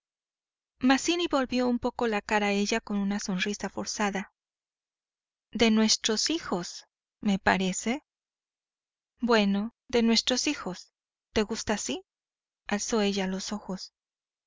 mazzini volvió un poco la cara a ella con una sonrisa forzada de nuestros hijos me parece bueno de nuestros hijos te gusta así alzó ella los ojos